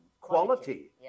Quality